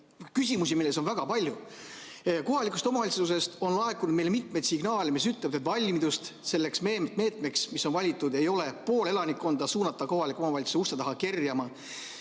küsimusi on ikkagi väga palju. Kohalikest omavalitsustest on laekunud meile mitmeid signaale, mis ütlevad, et valmidust selleks meetmeks, mis on valitud, ei ole. Pool elanikkonda suunatakse kohaliku omavalitsuse ukse taha kerjama.